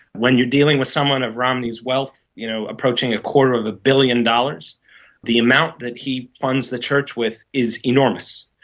when you're dealing with someone of romney's wealth you know, approaching a quarter of a billion dollars the amount that he funds the church with is enormous.